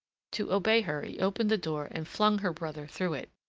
to obey her, he opened the door, and flung her brother through it.